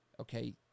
okay